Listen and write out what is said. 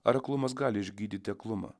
aklumas gali išgydyti aklumą